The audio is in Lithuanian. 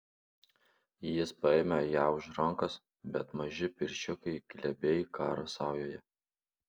jis paima ją už rankos bet maži pirščiukai glebiai karo saujoje